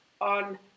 on